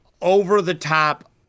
over-the-top